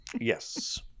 Yes